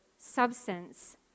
substance